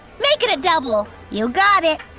make it a double. you got it.